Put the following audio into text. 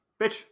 Bitch